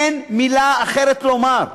אין מילה אחרת לומר.